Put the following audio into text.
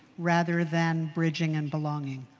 rather than bridging and belonging?